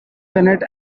bennett